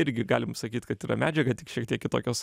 irgi galim sakyt kad yra medžiaga tik šiek tiek kitokios